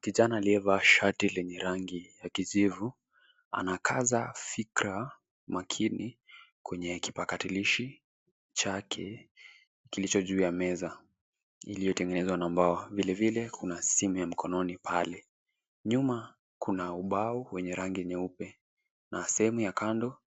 Kijana aliyevaa shati lenye rangi ya kijivu anakaza fikra makini kwenye kipakatilishi chake kilicho juu ya meza iliyotengenezwa na mbao. Vilevile kuna simu ya mkononi pale, nyuma kuna ubao wenye rangi nyeupe na sehemu ya kando,